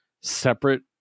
separate